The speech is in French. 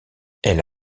elle